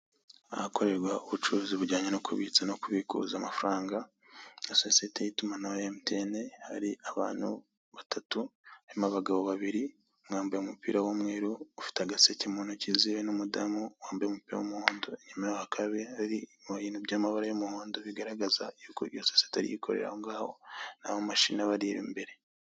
Ahakorerwa ubucuruzi bujyanye no kubitsa no kubikuza amafaranga. Sosiyete y'itumanaho ya MTN hari abantu batatu, harimo abagabo babiri ,umwe wambaye umupira w'umweru ufite agaseke mu ntoki ziwe n'umutegarugori wambaye umupira w'umuhondo, inyuma y'aho hakaba hari ibintu by'amabara y'umuhondo bigaragaza ko ariyo sosiyete ikorera ahongaho n'amamashini abarimbere.